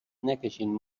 نکشین